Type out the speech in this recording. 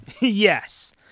yes